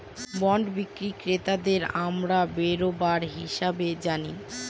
bond বিক্রি ক্রেতাদেরকে আমরা বেরোবার হিসাবে জানি